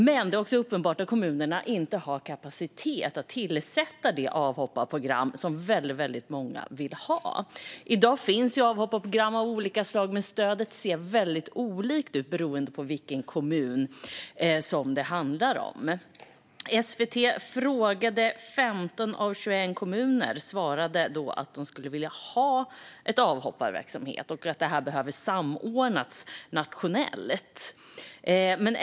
Men det är uppenbart att kommunerna inte har kapacitet att skapa det avhopparprogram som många vill ha. I dag finns avhopparprogram av olika slag, men stödet ser väldigt olika ut beroende på kommun. När SVT frågade svarade 15 av 21 kommuner att de skulle vilja ha en avhopparverksamhet men att det behöver samordnas nationellt.